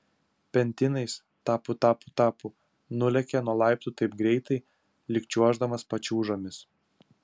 pentinais tapu tapu tapu nulėkė nuo laiptų taip greitai lyg čiuoždamas pačiūžomis